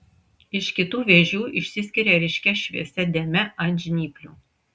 iš kitų vėžių išsiskiria ryškia šviesia dėme ant žnyplių